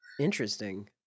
Interesting